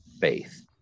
faith